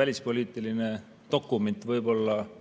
välispoliitiline dokument, võib-olla isegi